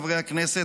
חברי הכנסת,